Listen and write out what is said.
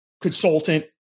consultant